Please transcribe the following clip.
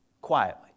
Quietly